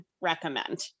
recommend